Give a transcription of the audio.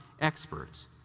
experts